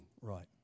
Right